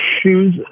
shoes